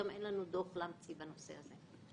גם אין לנו דוח להמציא בנושא הזה.